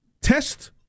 test